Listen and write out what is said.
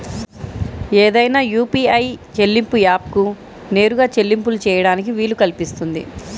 ఏదైనా యూ.పీ.ఐ చెల్లింపు యాప్కు నేరుగా చెల్లింపులు చేయడానికి వీలు కల్పిస్తుంది